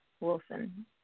Wilson